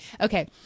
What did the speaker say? Okay